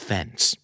Fence